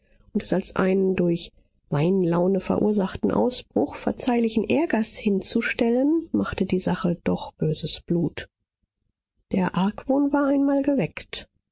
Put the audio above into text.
und es als einen durch weinlaune verursachten ausbruch verzeihlichen ärgers hinzustellen machte die sache doch böses blut der argwohn war einmal geweckt